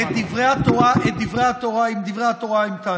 עם דברי התורה המתנתי.